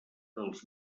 dels